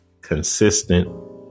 consistent